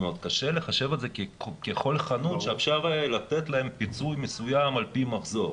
קשה לחשב את זה ככל חנות שאפשר לתת להם פיצוי מסוים על פי מחזור.